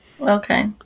okay